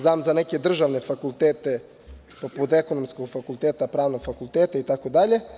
Znam za neke državne fakultet, poput Ekonomskog fakulteta, Pravnog fakulteta, itd.